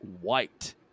White